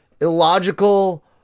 illogical